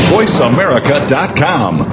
VoiceAmerica.com